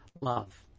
love